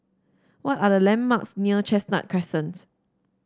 what are the landmarks near Chestnut Crescent